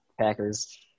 Packers